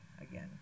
again